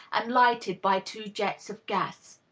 and lighted by two jets of gas.